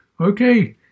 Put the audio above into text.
okay